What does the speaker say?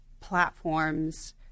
platforms